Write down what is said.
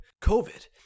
COVID